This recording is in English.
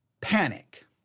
Panic